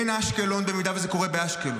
אין אשקלון, במידה שזה קורה באשקלון.